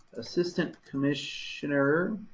assistant commissioner